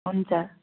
हुन्छ